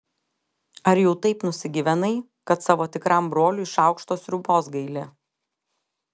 ar jau taip nusigyvenai kad savo tikram broliui šaukšto sriubos gaili